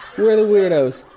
who are the weirdos?